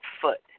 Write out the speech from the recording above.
foot